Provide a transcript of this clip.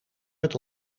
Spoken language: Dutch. met